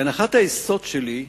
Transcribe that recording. כי הנחת היסוד שלי היא,